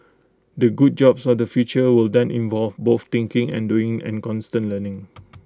the good jobs of the future will then involve both thinking and doing and constant learning